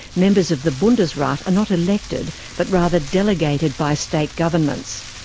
members of the bundesrat are not elected but rather delegated by state governments.